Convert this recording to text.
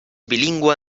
bilingüe